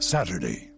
Saturday